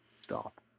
Stop